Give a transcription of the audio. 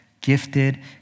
gifted